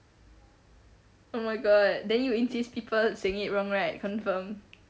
oh my god then you insist people saying it wrong right confirm